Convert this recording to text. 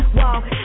walk